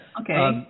Okay